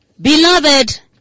Beloved